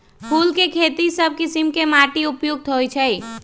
फूल के खेती सभ किशिम के माटी उपयुक्त होइ छइ